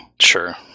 Sure